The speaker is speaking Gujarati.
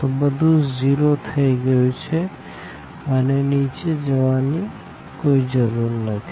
તો બધું 0 થઇ ગયું છે અને નીચે જવા ની કોઈ જરૂર નથી